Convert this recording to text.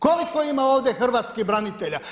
Koliko ima ovdje hrvatskih branitelja?